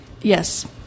Yes